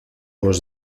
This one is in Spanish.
los